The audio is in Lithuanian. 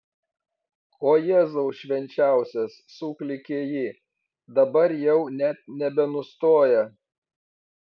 o jėzau švenčiausias suklykė ji dabar jau net nebenustoja